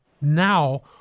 Now